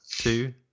two